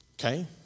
Okay